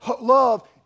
love